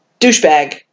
douchebag